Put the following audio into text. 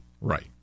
Right